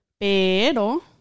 pero